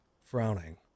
frowning